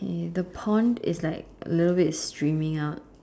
okay the pond is like little bit streaming out